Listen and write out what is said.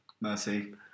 Mercy